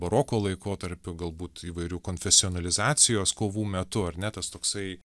baroko laikotarpiu galbūt įvairių konfesionalizacijos kovų metu ar ne tas toksai